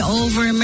over